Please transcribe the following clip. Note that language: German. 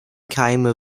keime